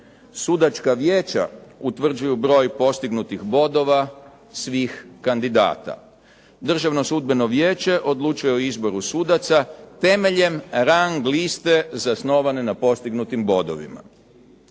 Sudačka vijeća utvrđuju broj postignutih bodova svih kandidata. Državno sudbeno vijeće odlučuje o izboru sudaca temeljem rang liste zasnovane na postignutim bodovima.